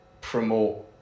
promote